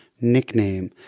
nickname